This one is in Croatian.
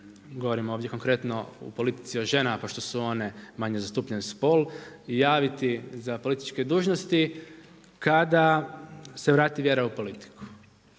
govorim ovdje konkretno u politici o ženama pošto su one manje zastupljeni spol javiti za političke dužnosti kada se vrati vjera u politiku.